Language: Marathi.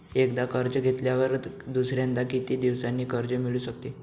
एकदा कर्ज घेतल्यावर दुसऱ्यांदा किती दिवसांनी कर्ज मिळू शकते?